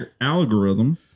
algorithm